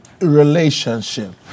Relationship